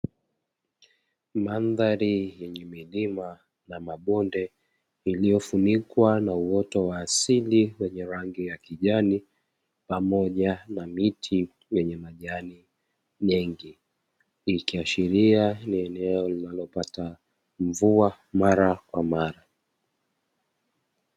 Madhari yenye milima na mabonde iliyofunikwa na uoto wa asili wenye rangi yakijani pamoja na miti yenye majani mengi, ikiashiria eneo linalopata mvua marakwamara.